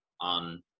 on